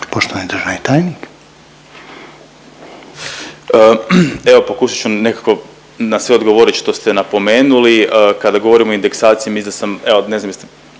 Poštovani državni tajnik. **Vidiš, Ivan** Evo pokušat ću nekako na sve odgovorit što ste napomenuli. Kada govorimo o indeksaciji mislim da sam, evo ne znam jeste,